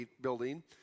building